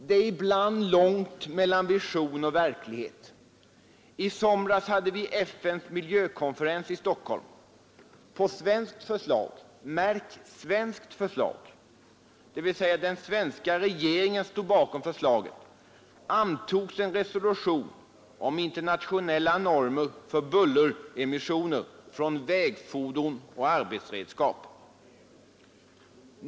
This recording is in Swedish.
Det är ibland långt mellan vision och verklighet. I somras hade vi FN:s miljökonferens i Stockholm. På svenskt förslag — märk svenskt förslag, dvs. den svenska regeringen stod bakom förslaget — antogs en resolution om internationella normer för bulleremissioner från vägfordon och arbetsredskap.